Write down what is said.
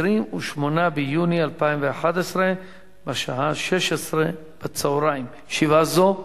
28 ביוני 2011, בשעה 16:00. ישיבה זו נעולה.